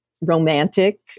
romantic